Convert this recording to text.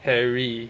harry